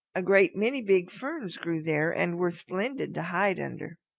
a great many big ferns grew there and were splendid to hide under.